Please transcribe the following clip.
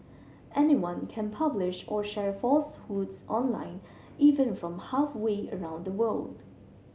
anyone can publish or share falsehoods online even from halfway around the world